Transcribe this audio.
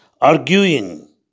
arguing